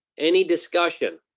any discussion.